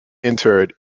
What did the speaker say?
interred